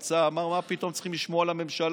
אמר: מה פתאום צריך לשמור על הממשלה,